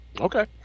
Okay